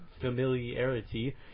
familiarity